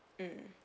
mm